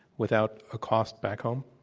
without a cost back home?